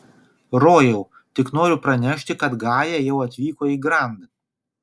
rojau tik noriu pranešti kad gaja jau atvyko į grand